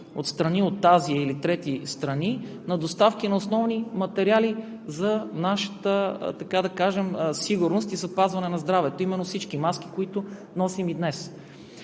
от страни от Азия или трети страни, на доставки на основни материали за нашата сигурност и запазване на здравето, а именно всички маски, които носим и днес.